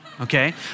okay